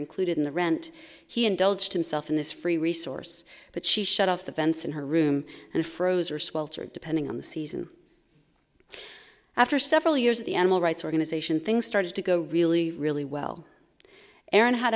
included in the rent he indulged himself in this free resource but she shut off the vents in her room and froze or sweltered depending on the season after several years of the animal rights organization things started to go really really well a